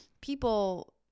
people